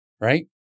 right